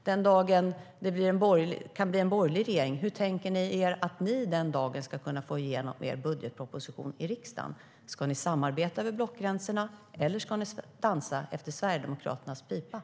Den dagen det kan bli en borgerlig regering, hur tänker ni er att ni den dagen ska kunna få igenom er budgetproposition i riksdagen? Ska ni samarbeta över blockgränserna eller ska ni dansa efter Sverigedemokraternas pipa?